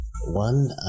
One